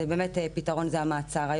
הפתרון הוא באמת המעצר.